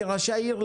כראשי העיר,